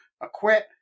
acquit